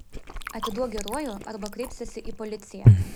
atiduok geruoju arba kreipsiuosi į policiją